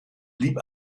blieb